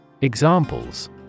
Examples